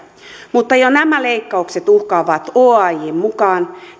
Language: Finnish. mutta jo nämä leikkaukset uhkaavat oajn mukaan